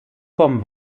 kommen